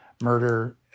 murder